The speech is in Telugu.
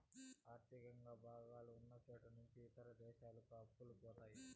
ఆర్థికంగా బాగా ఉన్నచోట నుంచి ఇతర దేశాలకు అప్పులు పోతాయి